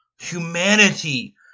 humanity